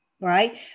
right